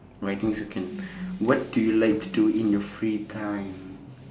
but I think so can what do you like to do in your free time